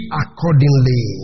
accordingly